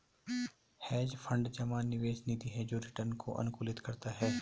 hedge fund जमा निवेश निधि है जो रिटर्न को अनुकूलित करता है